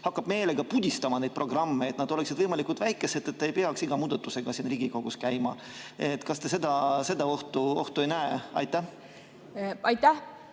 hakkab meelega pudistama neid programme, et nad oleksid võimalikult väikesed, et ta ei peaks iga muudatusega siin Riigikogus käima? Kas te seda ohtu ei näe? Aitäh,